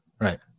Right